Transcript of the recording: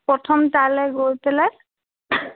প্ৰথম তালে গৈ পেলাই